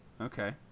okay